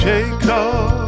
Jacob